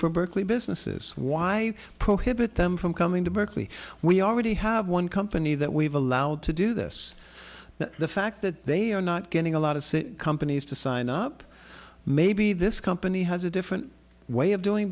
for berkeley businesses why prohibit them from coming to berkeley we already have one company that we've allowed to do this but the fact that they are not getting a lot of companies to sign up maybe this company has a different way of doing